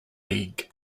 league